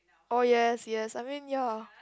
oh yes yes I mean ya